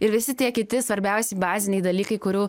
ir visi tie kiti svarbiausi baziniai dalykai kurių